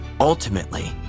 ultimately